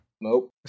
Nope